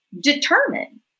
determine